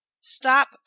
stop